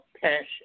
Passion